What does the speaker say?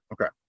Okay